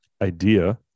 Idea